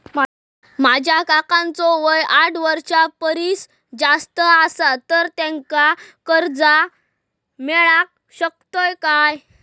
माझ्या काकांचो वय साठ वर्षां परिस जास्त आसा तर त्यांका कर्जा मेळाक शकतय काय?